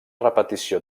repetició